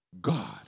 God